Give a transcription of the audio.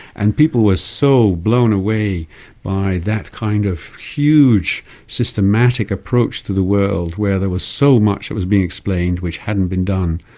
and people were so blown away by that kind of huge systematic approach to the world where there was so much that was being explained which hadn't been done,